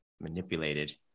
Manipulated